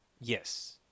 yes